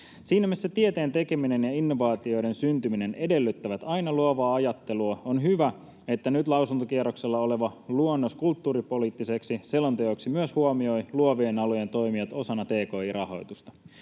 Siinä, missä tieteen tekeminen ja innovaatioiden syntyminen edellyttävät aina luovaa ajattelua, on hyvä, että nyt lausuntokierroksella oleva luonnos kulttuuripoliittiseksi selonteoksi myös huomioi luovien alojen toimijat osana tki-rahoitusta.